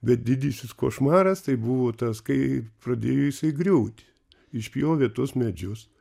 bet didysis košmaras tai buvo tas kai pradėjo jisai griūti išpjovė tuos medžius